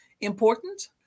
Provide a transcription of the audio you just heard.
important